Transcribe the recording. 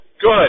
good